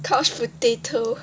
couch potato